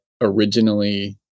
originally